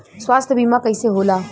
स्वास्थ्य बीमा कईसे होला?